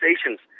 stations